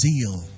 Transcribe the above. zeal